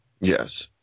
Yes